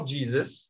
Jesus